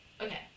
Okay